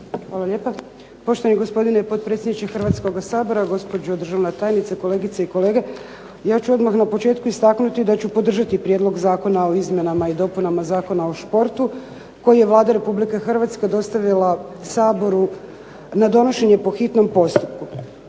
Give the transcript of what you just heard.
Hvala lijepa. Poštovani gospodine potpredsjedniče Hrvatskoga sabora, gospođo državna tajnice, kolegice i kolege. Ja ću odmah na početku istaknuti da ću podržati prijedlog Zakona o izmjenama i dopunama Zakona o športu koji je Vlada Republike Hrvatske dostavila Saboru na donošenje po hitnom postupku.